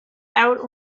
out